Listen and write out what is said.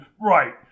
Right